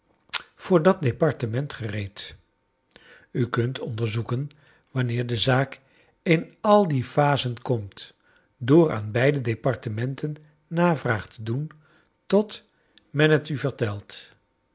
dat departement gereed u kunt onderzoeken wanneer de zaak in al die phasen komt door aan beide departementen navraag te doen tot men het u vertelt